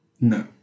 No